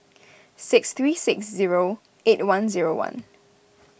six three six zero eight one zero one